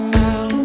now